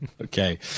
Okay